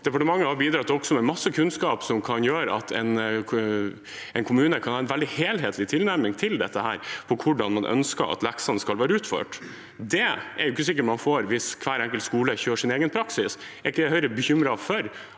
Departementet har bidratt med masse kunnskap som kan gjøre at en kommune kan ha en veldig helhetlig tilnærming til dette om hvordan en ønsker at lekser skal være utført. Det er det ikke sikkert en får hvis hver enkelt skole kjører sin egen praksis. Er ikke Høyre bekymret for